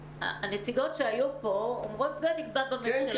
הנציגות שהיו פה אומרות שזה נקבע בממשלה.